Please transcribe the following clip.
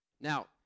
Now